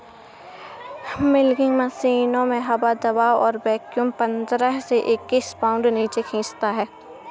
milking मशीनों में हवा दबाव को वैक्यूम पंद्रह से इक्कीस पाउंड नीचे खींचता है